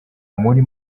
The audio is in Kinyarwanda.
muri